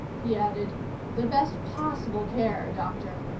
he added the best possible care, doctor,